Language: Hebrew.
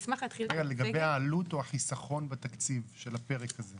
לגבי העלות או החיסכון בתקציב של הפרק הזה.